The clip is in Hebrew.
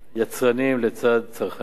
יצרנים לצד צרכנים.